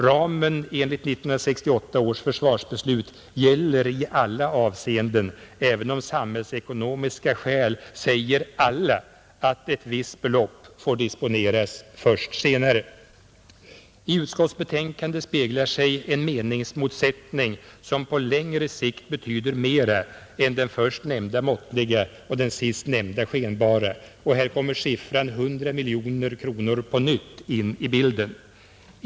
Ramen enligt 1968 års försvarsbeslut gäller i alla avseenden, även om samhällsekonomiska skäl säger alla, att ett visst belopp får disponeras först senare. I utskottsbetänkandet speglar sig en meningsmotsättning som på längre sikt betyder mer än den först nämnda måttliga och den sist nämnda skenbara, och här kommer siffran 100 miljoner på nytt in i bilden.